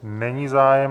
Není zájem.